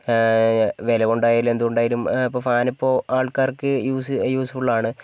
വിലകൊണ്ടായാലും എന്തുകൊണ്ടായാലും ഇപ്പം ഫാൻ ഇപ്പോൾ ആൾക്കാർക്ക് യൂസ് യൂസ്ഫുൾ ആണ്